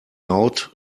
laut